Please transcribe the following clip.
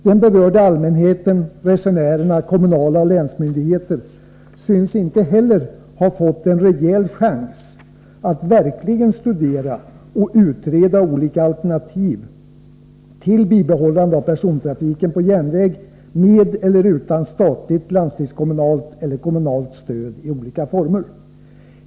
Den berörda allmänheten, resenärerna, kommunala myndigheter och länsmyndigheter synes inte heller ha fått en rejäl chans att verkligen studera och utreda olika alternativ till bibehållande av persontrafiken på järnväg med eller utan statligt, landstingskommunalt eller kommunalt stöd i olika former.